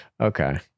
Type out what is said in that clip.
Okay